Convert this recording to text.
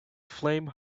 flame